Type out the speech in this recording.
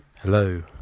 Hello